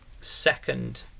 second